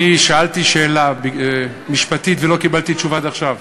אני שאלתי שאלה משפטית ולא קיבלתי תשובה עד עכשיו.